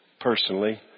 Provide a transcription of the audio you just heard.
personally